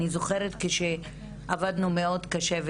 אני זוכרת כשעבדנו מאוד קשה,